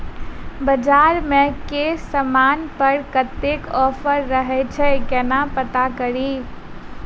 बजार मे केँ समान पर कत्ते ऑफर रहय छै केना पत्ता कड़ी?